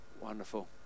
Wonderful